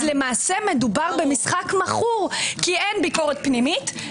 אז למעשה מדובר במשחק מכור כי אין ביקורת פנימית,